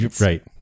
right